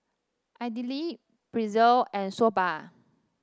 Idili Pretzel and Soba